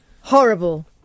horrible